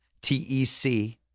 T-E-C